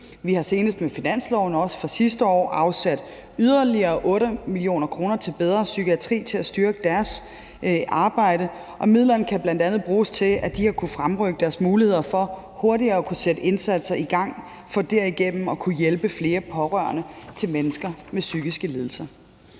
vi afsatte i finansloven for sidste år yderligere 8 mio. kr. til Bedre Psykiatri til at styrke deres arbejde, og midlerne har bl.a. kunnet bruges til, at de har kunnet fremrykke deres muligheder for hurtigere at kunne sætte indsatser i gang for derigennem at kunne hjælpe flere pårørende til mennesker med psykiske lidelser.